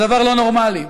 זה דבר לא נורמלי.